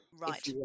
right